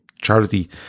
charity